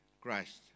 Christ